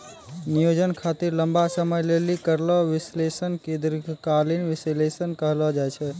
नियोजन खातिर लंबा समय लेली करलो विश्लेषण के दीर्घकालीन विष्लेषण कहलो जाय छै